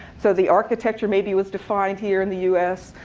so the architecture maybe was defined here in the us,